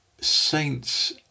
saints